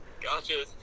Gotcha